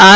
R